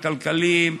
הכלכליים,